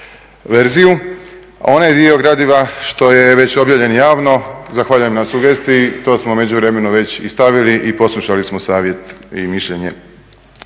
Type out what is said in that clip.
verziju. Onaj dio gradiva što je već objavljen javno, zahvaljujem na sugestiji, to smo u međuvremenu već i stavili i poslušali smo savjet i mišljenje